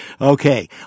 Okay